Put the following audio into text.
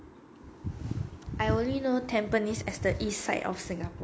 I only know tampines as the east side of singapore